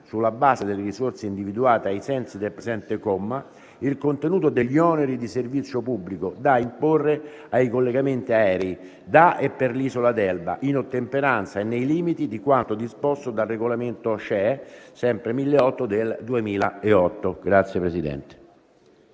sulla base delle risorse individuate ai sensi del presente comma, il contenuto degli oneri di servizio pubblico da imporre ai collegamenti aerei da e per l’isola d’Elba, in ottemperanza e nei limiti di quanto disposto dal regolamento (CE) n. 1008/2008.”